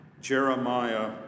Jeremiah